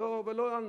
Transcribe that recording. ולא הועלנו.